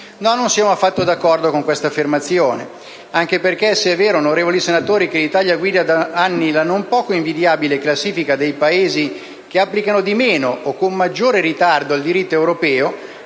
No, non siamo affatto d'accordo con questa affermazione, anche perché, se è vero, onorevoli senatori, che l'Italia guida da anni la poco invidiabile classifica dei Paesi che applicano di meno o con maggiore ritardo il diritto europeo,